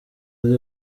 ari